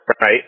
right